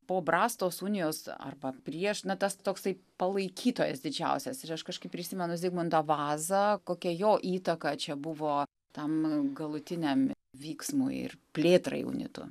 po brastos unijos arba prieš na tas toksai palaikytojas didžiausias ir aš kažkaip prisimenu zigmantą vazą kokia jo įtaka čia buvo tam galutiniam vyksmui ir plėtrai unitų